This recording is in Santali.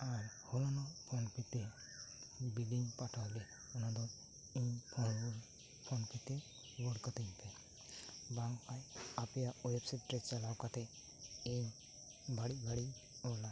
ᱟᱨ ᱦᱚᱞᱟᱱᱚᱜ ᱯᱷᱚᱱ ᱯᱮᱛᱮ ᱵᱮᱹᱞᱮᱹᱧ ᱯᱟᱴᱷᱟᱣ ᱞᱮᱫ ᱚᱱᱟᱫᱚ ᱤᱧ ᱯᱷᱳᱱ ᱠᱟᱛᱮ ᱨᱩᱣᱟᱹᱲ ᱠᱟᱹᱛᱤᱧᱯᱮ ᱵᱟᱝᱠᱷᱟᱱ ᱟᱯᱮᱭᱟᱜ ᱳᱭᱮᱵᱽ ᱥᱟᱭᱤᱴ ᱨᱮ ᱪᱟᱞᱟᱣ ᱠᱟᱛᱮᱫ ᱤᱧ ᱵᱟᱹᱲᱤᱡ ᱵᱟᱹᱲᱤᱡ ᱚᱞᱟ